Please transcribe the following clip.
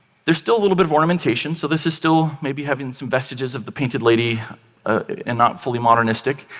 there's still a little bit of ornamentation, so this is still maybe having some vestiges of the painted lady and not fully modernistic.